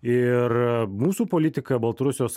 ir mūsų politika baltarusijos